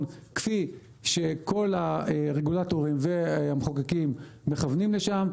כפי שכל הרגולטורים והמחוקקים מכוונים לשם,